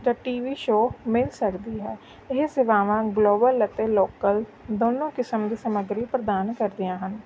ਜਾਂ T V show ਮਿਲ ਸਕਦੀ ਹੈ ਇਹ ਸੇਵਾਵਾਂ ਗਲੋਬਲ ਅਤੋ ਲੋਕਲ ਦੋਨੋਂ ਕਿਸਮ ਦੀ ਸਮੱਗਰੀ ਪ੍ਰਦਾਨ ਕਰਦੀਆਂ ਹਨ